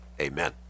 Amen